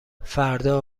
فردا